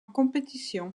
compétition